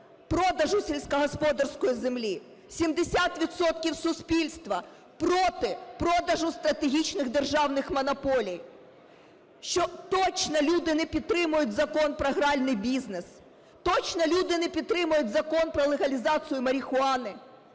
продажу сільськогосподарської землі, 70 відсотків суспільства проти продажу стратегічних державних монополій, що точно люди не підтримують Закон про гральний бізнес, точно люди не підтримують Закон про легалізацію марихуани,